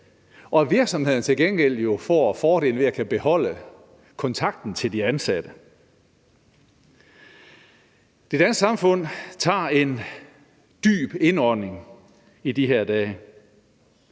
og at virksomheden jo til gengæld får fordelen ved at kunne beholde kontakten til de ansatte. Det danske samfund tager en dyb indånding i de her dage.